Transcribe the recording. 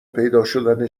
پیداشدن